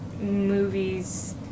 movie's